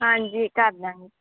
ਹਾਂਜੀ ਕਰ ਦੇਵਾਂਗੇ